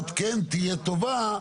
שיש לך שתי דירות בצד זה ושתיים בצד